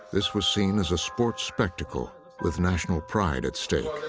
this was seen as a sports spectacle with national pride at stake.